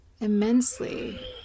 immensely